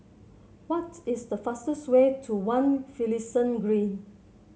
what is the fastest way to One Finlayson Green